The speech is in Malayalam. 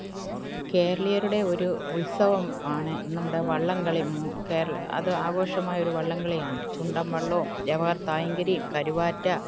കേരളീയരുടെ ഒരു ഉൽസവം ആണ് നമ്മുടെ വള്ളംകളി അത് ആഘോഷമായൊരു വള്ളംകളിയാണ് ചുണ്ടൻ വള്ളവും ജെവഹർ തായങ്കരിയും കരുവാറ്റ